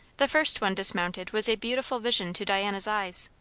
the first one dismounted was a beautiful vision to diana's eyes.